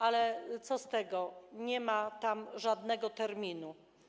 Ale co z tego, nie ma tam żadnego terminu.